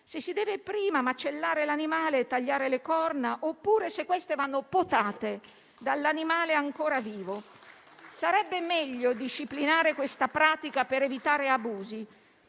se si deve prima macellare l'animale e tagliare le corna, oppure se queste vanno potate dall'animale ancora vivo. Sarebbe meglio disciplinare questa pratica per evitare abusi.